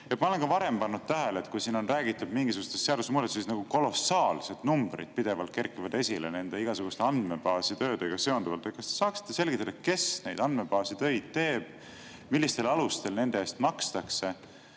Ma olen ka varem pannud tähele, et kui siin on räägitud mingisugustest seadusemuudatustest, siis kolossaalsed numbrid pidevalt kerkivad esile igasuguste andmebaasi töödega seonduvalt. Kas te saaksite selgitada, kes neid andmebaasi töid teeb, millistel alustel nende eest makstakse